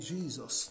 Jesus